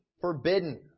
forbidden